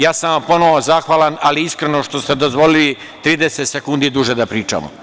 Ja sam vam ponovo zahvalan, ali iskreno, što ste dozvolili 30 sekundi duže da pričam.